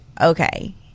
okay